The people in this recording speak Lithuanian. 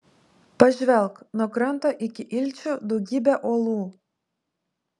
pažvelk nuo kranto iki ilčių daugybė uolų